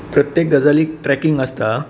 प्रत्येक गजालीक ट्रेकींग आसता